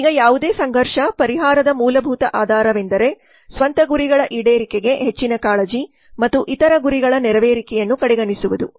ಈಗ ಯಾವುದೇ ಸಂಘರ್ಷ ಪರಿಹಾರದ ಮೂಲಭೂತ ಆಧಾರವೆಂದರೆ ಸ್ವಂತ ಗುರಿಗಳ ಈಡೇರಿಕೆಗೆ ಹೆಚ್ಚಿನ ಕಾಳಜಿ ಮತ್ತು ಇತರ ಗುರಿಗಳ ನೆರವೇರಿಕೆಯನ್ನು ಕಡೆಗಣಿಸುವುದು